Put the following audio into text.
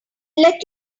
let